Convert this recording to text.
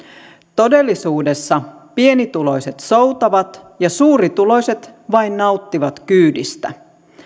todellisuudessa pienituloiset soutavat ja suurituloiset vain nauttivat kyydistä